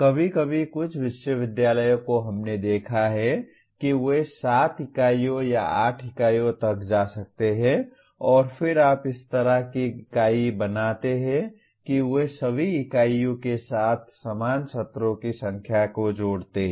कभी कभी कुछ विश्वविद्यालयों को हमने देखा है कि वे 7 इकाइयों या 8 इकाइयों तक जा सकते हैं और फिर आप इस तरह की इकाई बनाते हैं कि वे सभी इकाइयों के साथ समान सत्रों की संख्या को जोड़ते हैं